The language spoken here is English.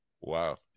Wow